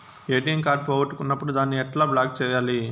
ATM card పోగొట్టుకున్నప్పుడు దాన్ని ఎట్లా బ్లాక్ సేయాలి